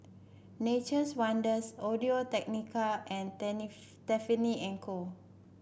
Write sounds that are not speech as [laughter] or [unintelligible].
Nature's Wonders Audio Technica and [unintelligible] Tiffany And Co